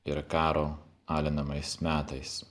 ir karo alinamais metais